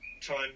time